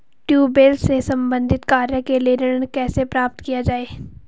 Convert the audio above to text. Tubewell से संबंधित कार्य के लिए ऋण कैसे प्राप्त किया जाए?